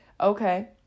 okay